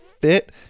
Fit